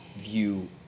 view